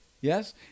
yes